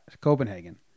Copenhagen